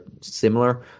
similar